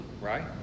right